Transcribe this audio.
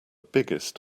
biggest